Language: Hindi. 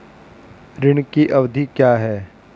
ऋण की अवधि क्या है?